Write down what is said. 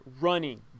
running